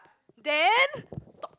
then talk